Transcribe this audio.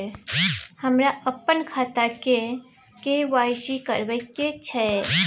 हमरा अपन खाता के के.वाई.सी करबैक छै